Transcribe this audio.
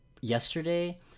yesterday